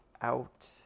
out